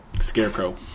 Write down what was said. scarecrow